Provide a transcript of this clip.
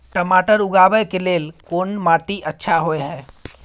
टमाटर उगाबै के लेल कोन माटी अच्छा होय है?